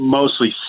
mostly